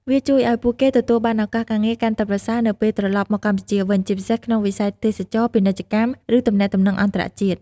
វាជួយឱ្យពួកគេទទួលបានឱកាសការងារកាន់តែប្រសើរនៅពេលត្រឡប់មកកម្ពុជាវិញ ជាពិសេសក្នុងវិស័យទេសចរណ៍ ពាណិជ្ជកម្ម ឬទំនាក់ទំនងអន្តរជាតិ។